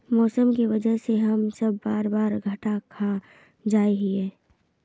मौसम के वजह से हम सब बार बार घटा खा जाए हीये?